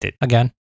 Again